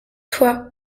toi